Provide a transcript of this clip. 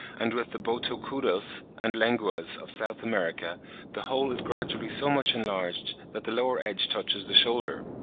and with the botocudos and lenguas of south america the hole is gradually so much enlarged that the lower edge touches the shoulder.